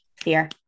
fear